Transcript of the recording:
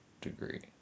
degree